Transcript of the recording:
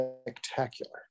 spectacular